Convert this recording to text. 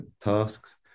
tasks